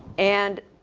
and,